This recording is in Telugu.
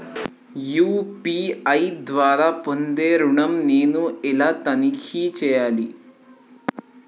యూ.పీ.ఐ ద్వారా పొందే ఋణం నేను ఎలా తనిఖీ చేయాలి?